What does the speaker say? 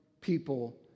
people